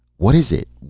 what is it?